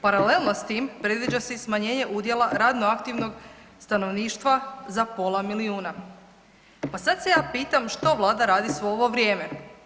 Paralelno s tim predviđa se i smanjenje udjela radno aktivnog stanovništva za pola milijuna, pa sad se ja pitam što vlada radi svo ovo vrijeme?